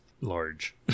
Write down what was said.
large